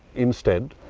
instead,